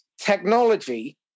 technology